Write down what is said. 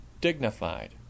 dignified